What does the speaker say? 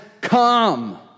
come